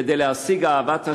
כדי להשיג אהבת השם,